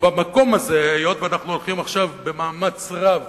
ובמקום הזה, היות שאנחנו הולכים עכשיו במאמץ רב